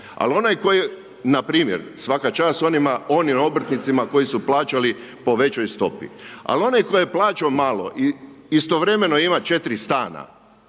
al onaj koji, npr. svaka čast onim obrtnicima koji su plaćali po većoj stopi, al onaj koji je plaćao malo i istovremeno ima 4 stana,